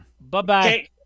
Bye-bye